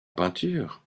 peinture